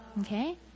Okay